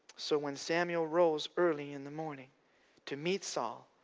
so when samuel rose early in the morning to meet saul,